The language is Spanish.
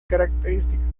características